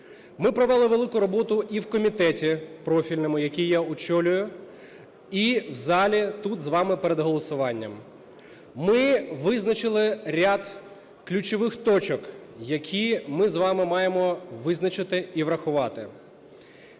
Ми провели велику роботу і в комітеті профільному, який я очолюю, і в залі, тут з вами перед голосуванням. Ми визначили ряд ключових точок, які ми з вами маємо визначити і врахувати.